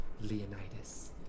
Leonidas